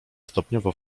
stopniowo